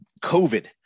COVID